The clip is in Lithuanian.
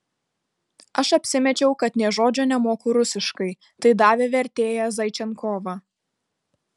aš apsimečiau kad nė žodžio nemoku rusiškai tai davė vertėją zaičenkovą